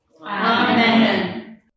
Amen